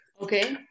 Okay